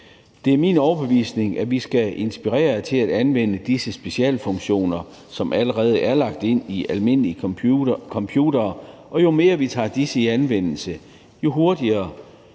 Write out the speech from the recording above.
Det er min overbevisning, at vi skal inspirere til at anvende disse specialfunktioner, som allerede er lagt ind i almindelige computere, og jo mere vi tager disse i anvendelse, jo hurtigere